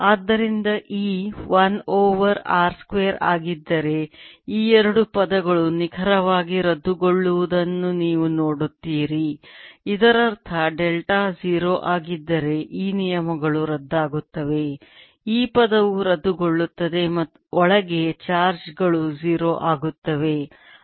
ಆದ್ದರಿಂದ E 1 over r square ಆಗಿದ್ದರೆ ಈ ಎರಡು ಪದಗಳು ನಿಖರವಾಗಿ ರದ್ದುಗೊಳ್ಳುವುದನ್ನು ನೀವು ನೋಡುತ್ತೀರಿ ಇದರರ್ಥ ಡೆಲ್ಟಾ 0 ಆಗಿದ್ದರೆ ಈ ನಿಯಮಗಳು ರದ್ದಾಗುತ್ತವೆ ಈ ಪದವು ರದ್ದುಗೊಳ್ಳುತ್ತದೆ ಮತ್ತು ಒಳಗೆ ಚಾರ್ಜ್ ಗಳು 0 ಆಗುತ್ತವೆ